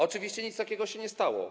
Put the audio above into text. Oczywiście nic takiego się nie stało.